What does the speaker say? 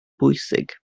bwysig